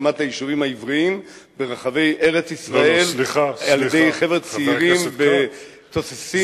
בהקמת היישובים העבריים ברחבי ארץ-ישראל על-ידי חבר'ה צעירים ותוססים,